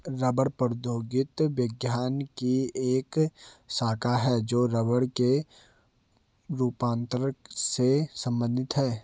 रबड़ प्रौद्योगिकी विज्ञान की एक शाखा है जो रबड़ के रूपांतरण से संबंधित है